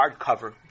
hardcover